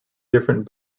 different